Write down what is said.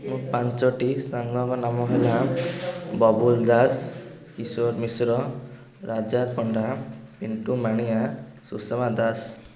ମୋ ପାଞ୍ଚଟି ସାଙ୍ଗଙ୍କ ନାମ ହେଲା ବବୁଲ୍ ଦାସ ଈଶ୍ୱର ମିଶ୍ର ରାଜା ପଣ୍ଡା ପିଣ୍ଟୁ ମାଣିଆ ସୁଷମା ଦାସ